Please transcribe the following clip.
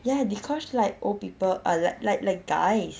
ya dee kosh like old people uh like like like guys